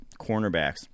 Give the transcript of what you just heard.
cornerbacks